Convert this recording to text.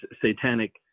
satanic